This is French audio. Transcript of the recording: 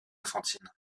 fantine